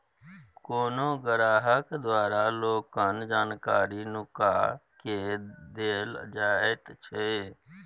कोनो ग्राहक द्वारा लोनक जानकारी नुका केँ देल जाएत छै